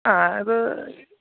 ആ അത്